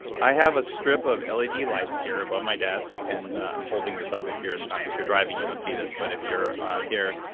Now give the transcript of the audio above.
i have a strip of led lights here above my desk, and i'm holding this up. if you're and if you're driving, you don't see this, but if you're here,